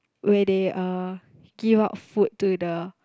where they uh give out food to the